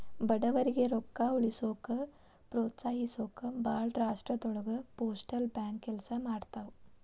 ಬಡವರಿಗಿ ರೊಕ್ಕ ಉಳಿಸೋಕ ಪ್ರೋತ್ಸಹಿಸೊಕ ಭಾಳ್ ರಾಷ್ಟ್ರದೊಳಗ ಪೋಸ್ಟಲ್ ಬ್ಯಾಂಕ್ ಕೆಲ್ಸ ಮಾಡ್ತವಾ